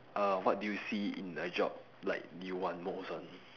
uh what do you see in the job like you want most one